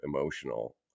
emotional